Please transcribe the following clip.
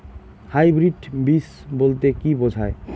Hybrid বীজ বলতে কী বোঝায়?